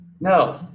No